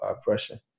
oppression